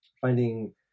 finding